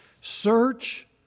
Search